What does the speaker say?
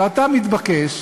ואתה מתבקש